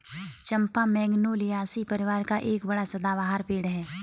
चंपा Magnoliaceae परिवार का एक बड़ा सदाबहार पेड़ है